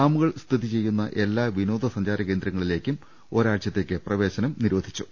ഡാമുകൾ സ്ഥിതി ചെയ്യുന്ന എല്ലാ വിനോദ സഞ്ചാര കേന്ദ്രങ്ങ ളിലേക്കും ഒരാഴ്ച്ചത്തേക്ക് പ്രവേശനം നിരോധിച്ചു